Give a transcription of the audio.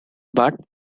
but